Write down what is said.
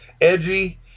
edgy